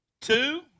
two